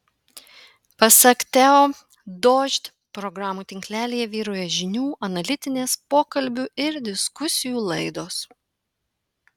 pasak teo dožd programų tinklelyje vyrauja žinių analitinės pokalbių ir diskusijų laidos